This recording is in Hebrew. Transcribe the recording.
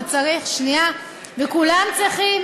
וכולם צריכים